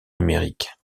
numérique